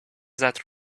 that